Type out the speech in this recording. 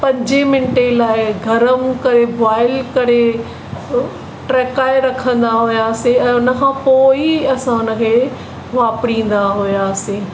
पंजे मिंटे लाइ घरम करे बॉयल करे ट्रकाए रखंदा हुआसीं ऐं हुनखां पोइ ई असां हुनखे वापरींदा हुआसीं